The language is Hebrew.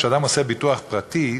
כשאדם עושה ביטוח פרטי,